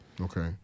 Okay